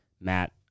Matt